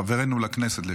חברנו לכנסת לשעבר.